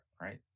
right